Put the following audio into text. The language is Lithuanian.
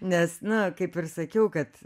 nes nu kaip ir sakiau kad